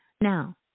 Now